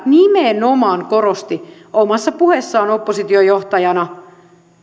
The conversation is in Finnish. nimenomaan korosti omassa puheessaan oppositiojohtajana